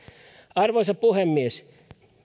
arvoisa puhemies